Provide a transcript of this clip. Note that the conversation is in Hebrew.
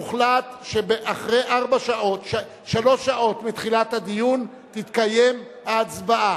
הוחלט שאחרי שלוש שעות מתחילת הדיון תתקיים ההצבעה.